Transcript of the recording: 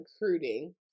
recruiting